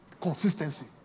Consistency